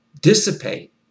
dissipate